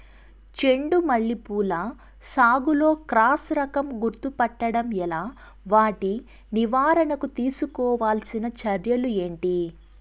చెండు మల్లి పూల సాగులో క్రాస్ రకం గుర్తుపట్టడం ఎలా? వాటి నివారణకు తీసుకోవాల్సిన చర్యలు ఏంటి?